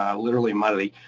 um literally muddy.